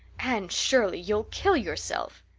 anne shirley, you'll kill yourself.